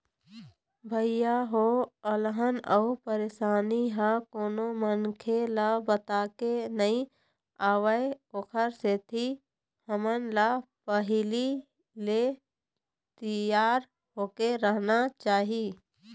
भइया हो अलहन अउ परसानी ह कोनो मनखे ल बताके नइ आवय ओखर सेती हमन ल पहिली ले तियार होके रहना चाही